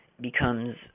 becomes